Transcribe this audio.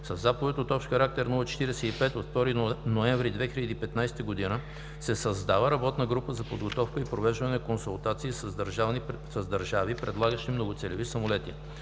Със Заповед № ОХ-045/2 ноември 2015 г. се създава Работна група за подготовка и провеждане на консултации с държави, предлагащи многоцелеви самолети.